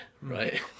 right